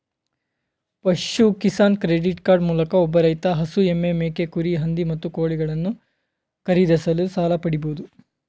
ಪಶು Kisan credit card ಮೂಲಕ ಒಬ್ಬ ರೈತ ಹಸು ಎಮ್ಮೆ ಮೇಕೆ ಕುರಿ ಹಂದಿ ಮತ್ತು ಕೋಳಿಗಳನ್ನು ಖರೀದಿಸಲು ಸಾಲ ಪಡಿಬೋದು